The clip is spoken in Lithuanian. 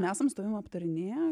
nesam su tavim aptarinėję